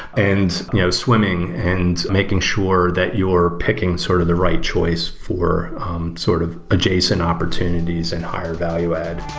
and you know swimming and making sure that you're picking sort of the right choice for sort of adjacent opportunities and higher value ad.